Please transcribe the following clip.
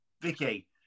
Vicky